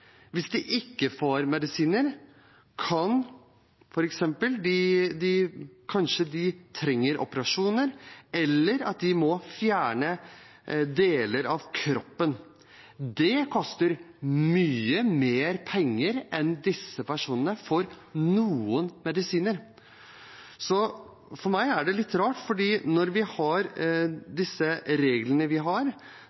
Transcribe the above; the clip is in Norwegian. Hvis de ikke får medisiner, trenger de kanskje operasjon eller må fjerne deler av kroppen. Det koster mye mer enn om disse personene får medisiner. For meg er det litt rart. Med de reglene vi har,